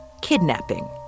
kidnapping